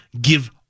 give